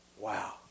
Wow